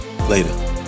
Later